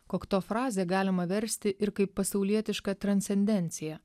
kokto frazę galima versti ir kaip pasaulietišką transcendenciją